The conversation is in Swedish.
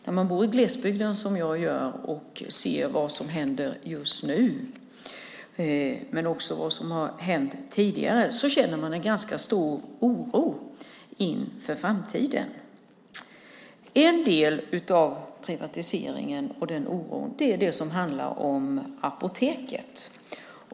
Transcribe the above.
När man bor i glesbygd, som jag gör, och ser vad som händer just nu och vad som har hänt tidigare känner man ganska stor oro inför framtiden. En del av privatiseringen och oron handlar om apoteket.